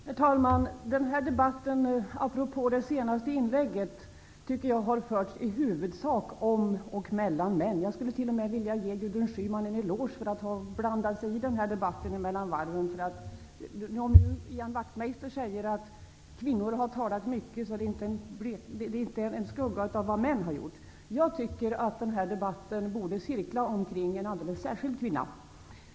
Herr talman! Jag tycker att debatten med anledning av det senaste inlägget i huvudsak har förts om och mellan män. Jag vill t.o.m. ge Gudrun Schymna en eloge för att hon mellan varven blandar sig i denna debatt. Ian Wachtmeister säger att kvinnorna har talat mycket, men det är inte en skugga av vad männen har gjort. Jag tycker att denna debatt borde cirkla kring en alldeles särskild kvinna.